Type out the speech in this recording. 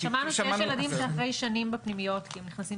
שמענו שיש ילדים שאחרי שנים בפנימיות כי הם נכנסים